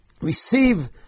receive